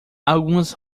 algumas